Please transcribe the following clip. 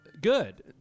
Good